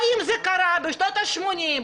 האם זה קרה בשנות ה-80,